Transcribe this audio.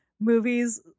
movies